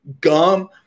Gum